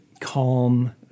calm